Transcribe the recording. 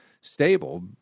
stable